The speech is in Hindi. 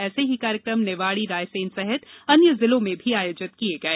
ऐसे ही कार्यक्रम निवाड़ी रायसेन सहित अन्य जिलों में भी आयोजित किये गये